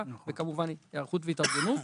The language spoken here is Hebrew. וכן היערכות והתארגנות.